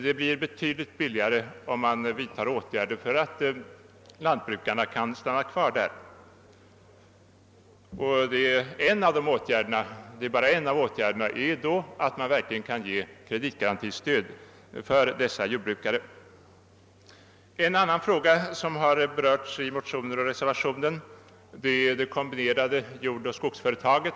Det blir betydligt billigare att vidta åtgärder så att lantbrukarna kan stanna kvar där. En åtgärd är då t.ex. att man ger kreditgarantistöd för dessa jordbrukare. En annan fråga som har berörts i motioner och i reservationen är det kombinerade jordoch skogsbruksföretaget.